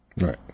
Right